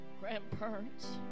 grandparents